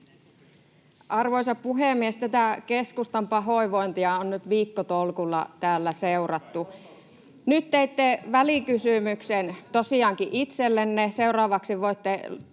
Arvoisa puhemies! Tätä keskustan pahoinvointia on nyt viikkotolkulla täällä seurattu. Nyt teitte välikysymyksen tosiaankin itsellenne, seuraavaksi voitte